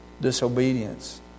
disobedience